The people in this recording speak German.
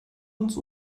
uns